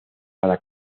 para